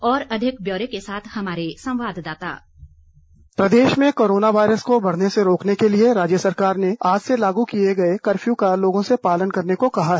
और अधिक ब्यौरे के साथ हमारे संवाद्दाता प्रदेश में कोरोना वायरस को बढ़ने से रोकने के लिए राज्य सरकार ने आज से लागू किए गए कर्फ्यू का लोगों से पालन करने का कहा है